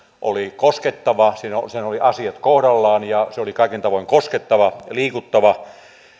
oli koskettava siinä olivat asiat kohdallaan ja se oli kaikin tavoin koskettava ja liikuttava